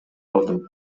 алдым